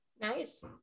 nice